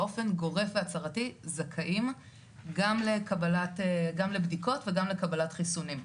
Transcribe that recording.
באופן גורף והצהרתי זכאים גם לבדיקות וגם לקבלת חיסונים.